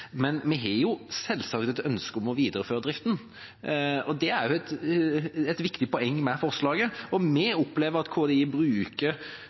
Men vi har selvsagt et ønske om å videreføre driften, og det er et viktig poeng med forslaget. Vi opplever at KDI bruker